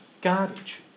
Garbage